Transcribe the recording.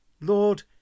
Lord